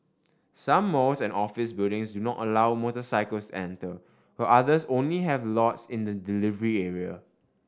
some malls and office buildings do not allow motorcycles enter while others only have lots in the delivery area